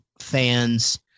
fans